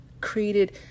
created